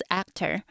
actor